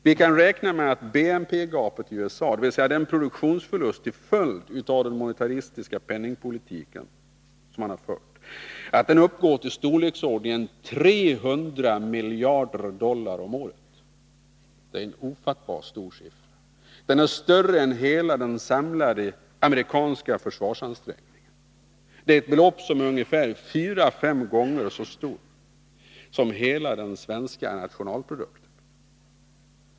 Vi kan räkna med att BNP-gapet i USA, dvs. produktionsförlusten till följd av den monetaristiska penningpolitik man har fört, uppgår till storleksordningen 300 miljarder dollar om året. Det är en ofattbart stor siffra. Den är större än de samlade amerikanska försvarsansträngningarna, eller ett belopp som är ungefär fyra fem gånger så stort som hela den svenska nationalprodukten.